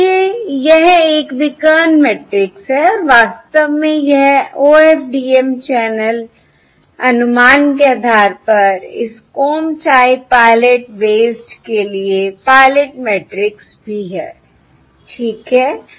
इसलिए यह एक विकर्ण मैट्रिक्स है और वास्तव में यह OFDM चैनल अनुमान के आधार पर इस कॉम टाइप पायलट बेस्ड के लिए पायलट मैट्रिक्स भी है ठीक है